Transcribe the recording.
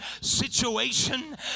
situation